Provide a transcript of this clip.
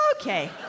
Okay